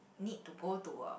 need to go to a